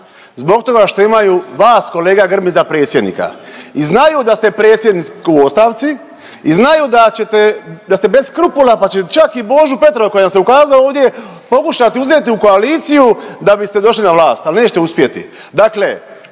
zbog toga što imaju vas kolega Grbin za predsjednika i znaju da ste predsjednik u ostavci i znaju da ćete, da ste bez krupula pa će čak i Božu Petrova koji nam se ukazao ovdje pokušati uzeti u koaliciju da biste došli na vlast ali nećete uspjeti. Dakle,